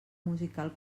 musical